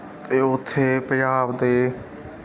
ਅਤੇ ਉੱਥੇ ਪੰਜਾਬ ਦੇ